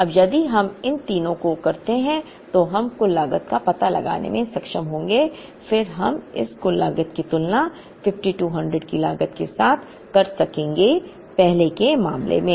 अब यदि हम इन तीनों को करते हैं तो हम कुल लागत का पता लगाने में सक्षम होंगे फिर हम इस कुल लागत की तुलना 5200 की लागत के साथ कर सकेंगे पहले के मामले में